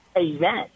event